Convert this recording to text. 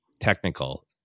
technical